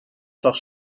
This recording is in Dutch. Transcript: zag